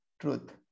truth